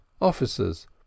officers